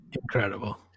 Incredible